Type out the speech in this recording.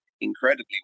incredibly